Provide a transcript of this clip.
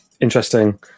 interesting